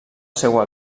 seua